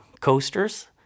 coasters